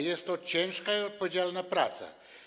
Jest to ciężka i odpowiedzialna praca.